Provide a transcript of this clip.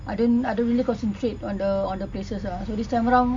I don't I don't really concentrate on the on the places ah so this round